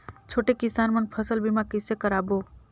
छोटे किसान मन फसल बीमा कइसे कराबो?